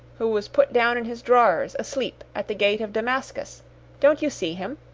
who was put down in his drawers, asleep, at the gate of damascus don't you see him!